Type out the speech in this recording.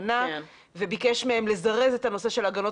פנה וביקש מהם לזרז את הנושא של ההגנות